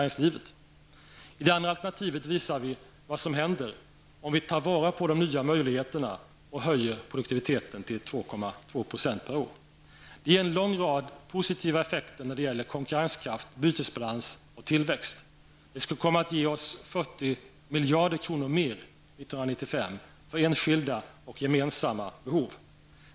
I det andra alternativet visar vi vad som händer om vi tar vara på de nya möjligheterna och höjer produktiviteten till 2,2 % per år. Det ger en långa rad positiva effekter när det gäller konkurrenskraft, bytesbalans och tillväxt. Det skulle komma att ge oss 40 miljarder mer 1995 för enskilda och gemensamma behov.